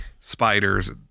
spiders